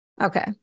Okay